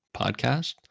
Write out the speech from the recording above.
podcast